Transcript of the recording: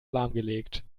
lahmgelegt